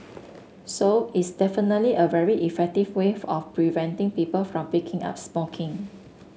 so it's definitely a very effective wave of preventing people from picking up smoking